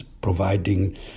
providing